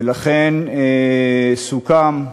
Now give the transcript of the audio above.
ולכן סוכם,